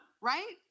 Right